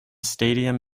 stadium